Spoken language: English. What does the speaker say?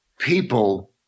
People